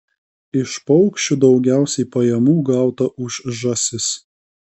iš paukščių daugiausiai pajamų gauta už žąsis